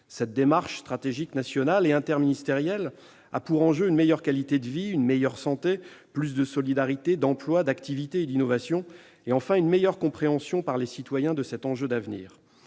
Cette démarche stratégique nationale et interministérielle a pour enjeux une meilleure qualité de vie, une meilleure santé, plus de solidarité, d'emplois, d'activité et d'innovation et, enfin, une meilleure compréhension par les citoyens de cet enjeu d'avenir.